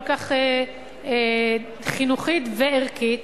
כל כך חינוכית וערכית,